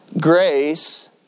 grace